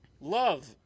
Love